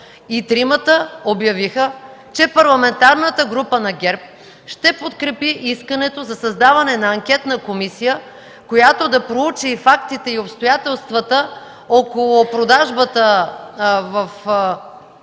И тримата обявиха, че Парламентарната група на ГЕРБ ще подкрепи искането за създаване на анкетна комисия, която да проучи фактите и обстоятелствата около продажбата в